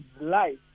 life